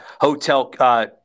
hotel –